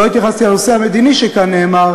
לא התייחסתי לנושא המדיני שהוזכר כאן.